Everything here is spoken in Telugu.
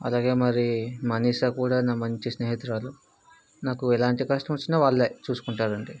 అలాగే మరి మనిషా కూడా నా మంచి స్నేహితురాలు నాకు ఎలాంటి కష్టం వచ్చినా వాళ్ళు చూసుకుంటారు అండి